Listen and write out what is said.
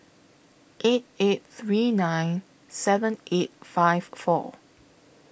eight eight three nine seven eight five four